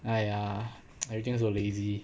!aiya! everything also lazy